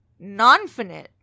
Nonfinite